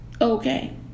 Okay